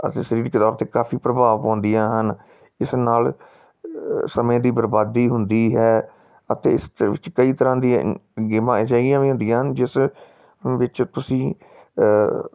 ਅਤੇ ਸਰੀਰਕ ਤੌਰ 'ਤੇ ਕਾਫੀ ਪ੍ਰਭਾਵ ਪਾਉਂਦੀਆਂ ਹਨ ਇਸ ਨਾਲ ਸਮੇਂ ਦੀ ਬਰਬਾਦੀ ਹੁੰਦੀ ਹੈ ਅਤੇ ਇਸਦੇ ਵਿੱਚ ਕਈ ਤਰ੍ਹਾਂ ਦੀਆਂ ਗੇਮਾਂ ਅਜਿਹੀਆਂ ਵੀ ਹੁੰਦੀਆਂ ਹਨ ਜਿਸ ਵਿੱਚ ਤੁਸੀਂ